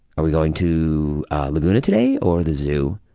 are we going to lagoona today? or the zoo?